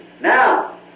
Now